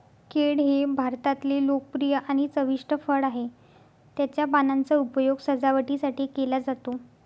केळ हे भारतातले लोकप्रिय आणि चविष्ट फळ आहे, त्याच्या पानांचा उपयोग सजावटीसाठी केला जातो